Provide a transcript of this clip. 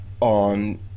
on